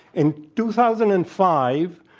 in two thousand and five,